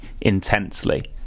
intensely